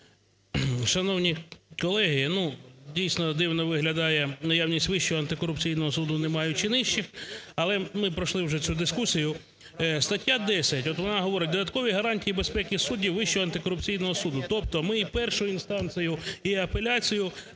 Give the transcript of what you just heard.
дивно виглядає наявність Вищого антикорупційного суду, не маючи нижче, але ми пройшли вже цю дискусію. Стаття 10, от вона говорить: додаткові гарантії безпеки суддів Вищого антикорупційного суду.